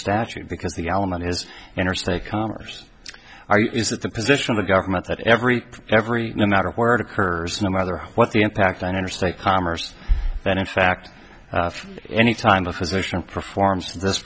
statute because the alimony is interstate commerce is that the position of the government that every every no matter where it occurs no matter what the impact on interstate commerce then in fact any time a physician performs this